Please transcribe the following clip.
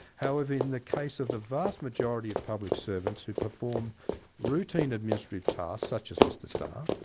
however, in the case of the vast majority of public servants who perform routine administrative tasks, such as mr starr,